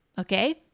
okay